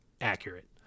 accurate